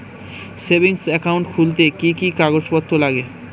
Savings account খুলতে কি কি কাগজপত্র লাগে?